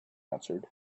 answered